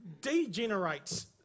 degenerates